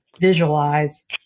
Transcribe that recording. visualize